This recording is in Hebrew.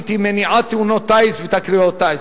היא מניעת תאונות טיס ותקריות טיס,